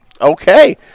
Okay